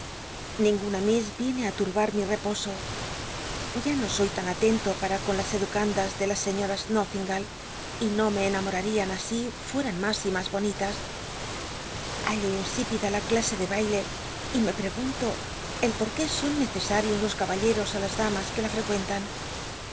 ninguna miss viene á turbar mi reposo ya no soy tan atento para con las educandas de las seiíoras l'iollingalls y no me enamorarian así fuctan mas y mas bonitas ltallo insípida la clase de baile y me prcg mlo el porqué son necesarios los caballeros ü las damas que la frecuentan